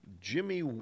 Jimmy